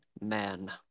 man